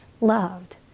loved